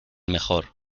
mejor